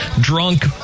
drunk